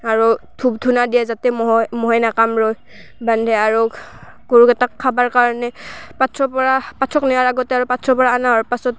আৰু ধূপ ধূনা দিয়ে যাতে ম'হৰ ম'হে নাকামৰয় বান্ধে আৰু গৰুকেইটাক খাবৰ কাৰণে পাথৰৰ পৰা পাথৰক নিয়াৰ আগতে আৰু পথাৰৰ পৰা অনা হোৱাৰ পাছত